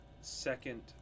second